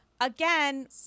again